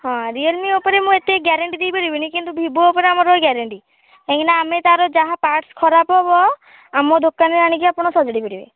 ହଁ ରିଅଲମି ଉପରେ ମୁଁ ଏତେ ଗ୍ୟାରେଣ୍ଟି ଦେଇପାରିବିନି କିନ୍ତୁ ଭିବୋ ଉପରେ ଆମର ଗ୍ୟାରେଣ୍ଟି କାହିଁକି ନା ଆମେ ତା'ର ଯାହା ପାର୍ଟସ ଖରାପ ହବ ଆମ ଦୋକାନରେ ଆଣିକି ଆପଣ ସଜାଡ଼ିପାରିବେ